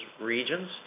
regions